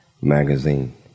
Magazine